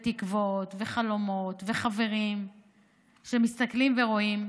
תקוות, וחלומות וחברים שמסתכלים ורואים.